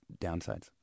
downsides